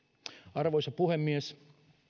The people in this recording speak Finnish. arvoisa puhemies